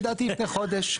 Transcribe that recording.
לדעתי לפני חודש.